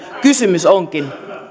kysymys onkin